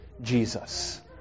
Jesus